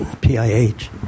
PIH